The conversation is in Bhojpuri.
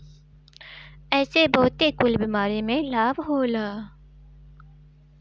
एसे बहुते कुल बीमारी में लाभ होला